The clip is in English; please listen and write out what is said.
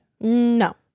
No